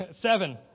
Seven